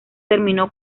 terminó